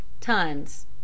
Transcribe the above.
tons